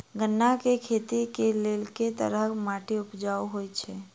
गन्ना केँ खेती केँ लेल केँ तरहक माटि उपजाउ होइ छै?